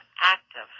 active